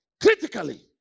critically